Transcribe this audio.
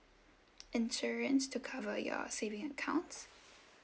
insurance to cover your saving accounts